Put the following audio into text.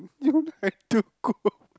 you don't have to cook